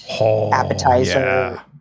appetizer